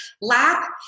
lap